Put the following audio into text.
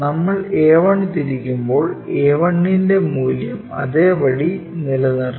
നമ്മൾ a1 തിരിക്കുമ്പോൾ a1ന്റെ മൂല്യം അതേപടി നിലനിർത്തും